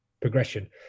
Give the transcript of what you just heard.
progression